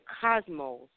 cosmos